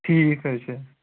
ٹھیٖک حظ چھِ